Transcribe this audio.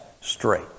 straight